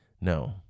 no